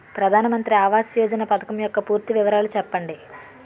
ప్రధాన మంత్రి ఆవాస్ యోజన పథకం యెక్క పూర్తి వివరాలు చెప్పండి?